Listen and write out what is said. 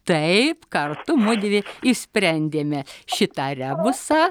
taip kartu mudvi išsprendėme šitą rebusą